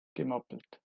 gemoppelt